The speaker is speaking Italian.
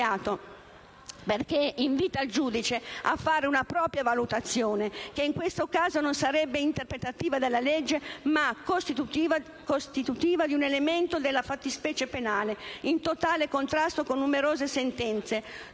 perché invita il giudice a fare una propria valutazione che in questo caso non sarebbe interpretativa della legge ma costitutiva di un elemento della fattispecie penale, in totale contrasto con alcune sentenze